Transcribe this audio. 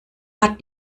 hat